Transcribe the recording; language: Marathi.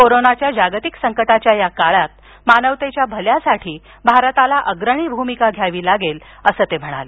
कोरोनाच्या जागतिक संकटाच्या या काळात मानवतेच्या भल्यासाठी भारताला अग्रणी भूमिका घ्यावी लागेल असं ते म्हणाले